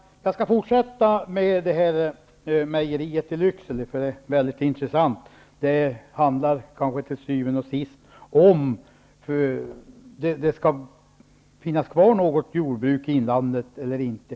Herr talman! Jag skall fortsätta med att tala om mejeriet i Lycksele. Det är mycket intressant. Till syvende och sist handlar det om ifall det skall finns kvar något jordbruk i inlandet eller inte.